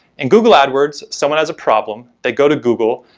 in google adwords, someone has a problem, they go to google,